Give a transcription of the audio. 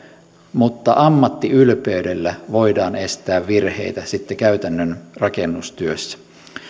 mutta ammattiylpeydellä voidaan estää virheitä sitten käytännön rakennustyössä